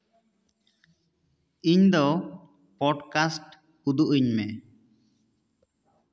ᱤᱧ ᱫᱚ ᱯᱚᱴᱠᱟᱥᱴ ᱩᱫᱩᱜ ᱟᱹᱧ ᱢᱮ